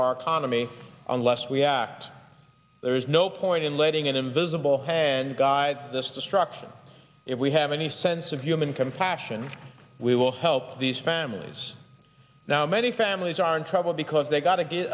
our economy unless we act there is no point in letting an invisible hand guide this destruction if we have any sense of human compassion we will help these families now many families are in trouble because they got